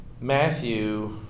Matthew